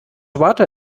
water